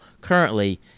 currently